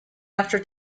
after